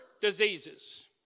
diseases